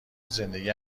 زندگی